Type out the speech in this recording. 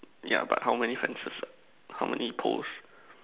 yeah but how many fences how many poles